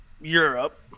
Europe